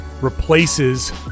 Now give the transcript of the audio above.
replaces